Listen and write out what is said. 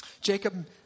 Jacob